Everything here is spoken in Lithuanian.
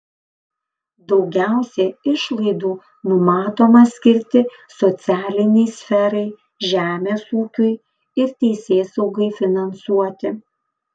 daugiausiai išlaidų numatoma skirti socialinei sferai žemės ūkiui ir teisėsaugai finansuoti